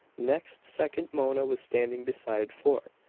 next second mona was standing beside fort,